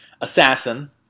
assassin